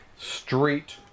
street